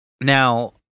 Now